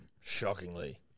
Shockingly